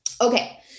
Okay